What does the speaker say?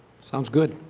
sounds good.